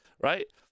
right